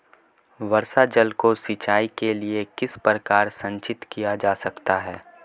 वर्षा जल को सिंचाई के लिए किस प्रकार संचित किया जा सकता है?